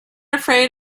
afraid